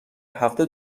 هفته